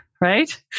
right